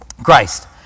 Christ